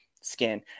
skin